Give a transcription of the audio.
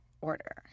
order